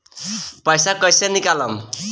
पैसा कैसे निकालम?